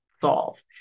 solve